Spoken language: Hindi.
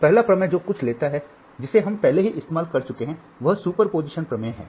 पहला प्रमेय जो कुछ लेता है जिसे हम पहले ही इस्तेमाल कर चुके हैं वह सुपरपोजिशन प्रमेय है